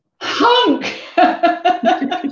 hunk